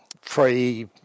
free